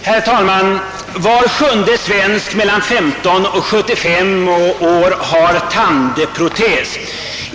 Herr talman! 7000 svenskar mellan 15 och 75 år har tandprotes.